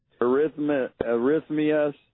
arrhythmias